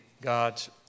God's